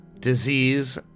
disease